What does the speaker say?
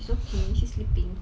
she's okay she's sleeping